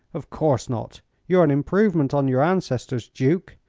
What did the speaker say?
of course not. you are an improvement on your ancestors, duke.